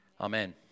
Amen